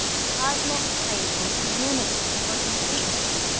cosmic craving for unity or completeness,